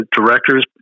directors